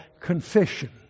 confession